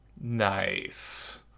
nice